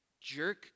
jerk